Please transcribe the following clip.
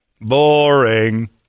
Boring